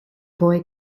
boy